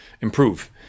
improve